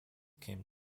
came